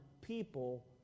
people